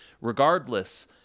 regardless